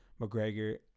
McGregor